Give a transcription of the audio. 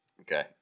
Okay